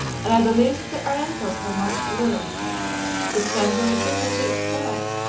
and i believe that the orientals have much to learn the temperate dignity of style,